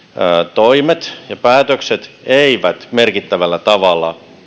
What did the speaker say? toimet ja päätökset eivät merkittävällä tavalla